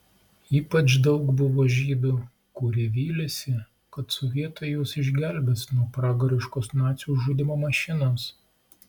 ypač daug buvo žydų kurie vylėsi kad sovietai juos išgelbės nuo pragariškos nacių žudymo mašinos